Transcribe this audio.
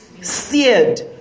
seared